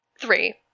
Three